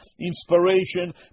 inspiration